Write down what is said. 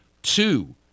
Two